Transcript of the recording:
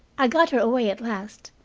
i got her away at last,